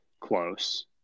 close